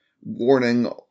Warning